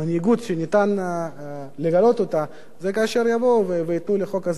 לגלות היא כאשר יבואו וייתנו לחוק הזה לעבור,